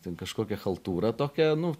ten kažkokią chaltūrą tokią nu